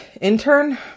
intern